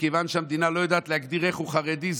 מכיוון שהמדינה לא יודעת להגדיר איך הוא חרדי,